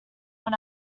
when